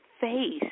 face